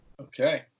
okay